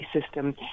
system